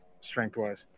strength-wise